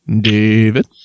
David